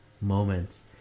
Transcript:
moments